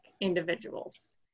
individuals